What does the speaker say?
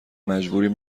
مجبوریم